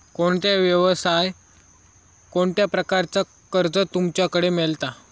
कोणत्या यवसाय कोणत्या प्रकारचा कर्ज तुमच्याकडे मेलता?